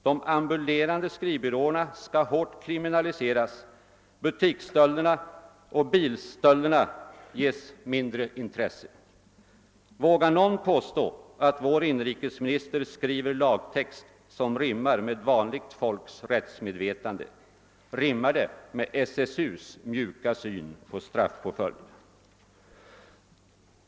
De ambulerande skrivbyråerna skall hårt kriminaliseras, butiksstölderna och bilstölderna ägnas mindre intresse. Vågar någon påstå att vår inrikesminister skriver lagtext som rimmar med vanligt folks rättsmedvetande? Rimmar det med SSU:s mjuka syn på straffpåföljd?